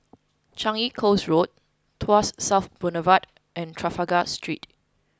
Changi Coast Road Tuas South Boulevard and Trafalgar Street